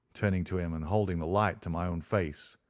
turning to him, and holding the light to my own face,